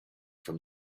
from